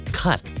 cut